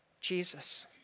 Jesus